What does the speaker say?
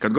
Kad